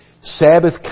Sabbath